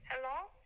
Hello